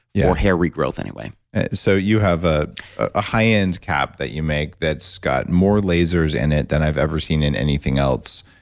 yeah for hair regrowth anyway so you have a ah high-end cap that you make that's got more lasers in it than i've ever seen in anything else